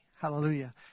Hallelujah